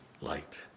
light